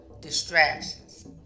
distractions